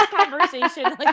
conversation